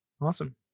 Awesome